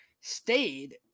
stayed